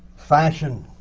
fashion.